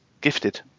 gifted